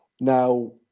Now